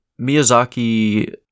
Miyazaki